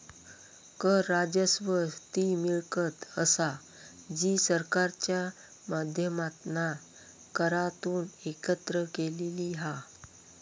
कर राजस्व ती मिळकत असा जी सरकारच्या माध्यमातना करांतून एकत्र केलेली हा